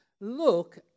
look